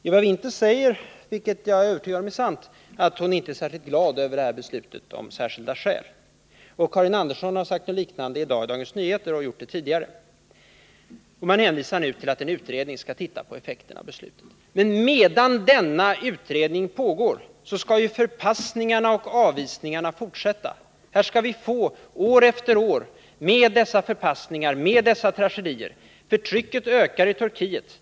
Eva Winther säger — vilket jag är övertygad om är sant — att hon inte är speciellt glad över det här beslutet om särskilda skäl, och Karin Andersson har sagt något liknande i Dagens Nyheter i dag och även tidigare. Man hänvisar nu till att en utredning skall se på effekterna av beslutet. Men medan denna utredning pågår skall ju förpassningarna och avvisningarna fortsätta. Här skall vi — år efter år — fortsätta med dessa förpassningar, med dessa tragedier. Förtrycket ökar i Turkiet.